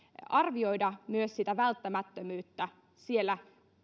arvioida myös sitä välttämättömyyttä siellä